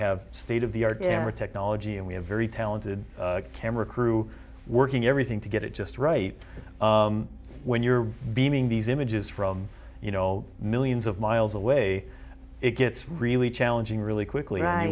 have state of the art era technology and we have very talented camera crew working everything to get it just right when you're beaming these images from you know millions of miles away it gets really challenging really quickly i